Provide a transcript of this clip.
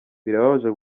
birababaje